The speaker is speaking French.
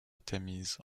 tamise